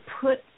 put